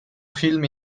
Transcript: film